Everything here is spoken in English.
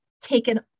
taken